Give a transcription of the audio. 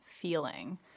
feeling